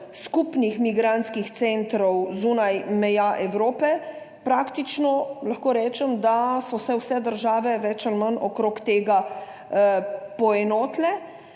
skupnih migrantskih centrov zunaj meja Evrope. Praktično lahko rečem, da so se vse države več ali manj okrog tega poenotile